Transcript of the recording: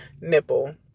nipple